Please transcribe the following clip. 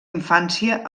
infància